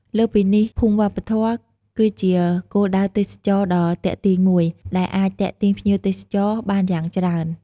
លើសពីនេះភូមិវប្បធម៌ គឺជាគោលដៅទេសចរណ៍ដ៏ទាក់ទាញមួយ ដែលអាចទាក់ទាញភ្ញៀវទេសចរបានយ៉ាងច្រើន។